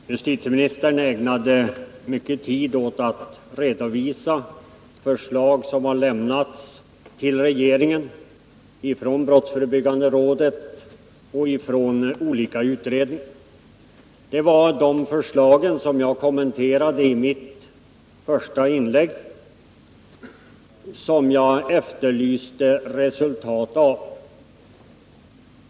Herr talman! Justitieministern ägnade mycken tid åt att redovisa förslag som brottsförebyggande rådet och olika utredningar lämnat till regeringen. Jag kommenterade dessa förslag i mitt första inlägg och efterlyste vad det blivit av dem.